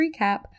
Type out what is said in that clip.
recap